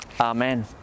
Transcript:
Amen